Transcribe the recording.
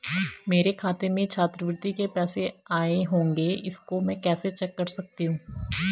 मेरे खाते में छात्रवृत्ति के पैसे आए होंगे इसको मैं कैसे चेक कर सकती हूँ?